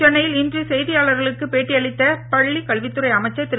சென்னையில் இன்று செய்தியாளர்களுக்கு பேட்டியளித்த பள்ளி கல்வித் துறை அமைச்சர் திரு